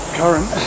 current